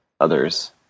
others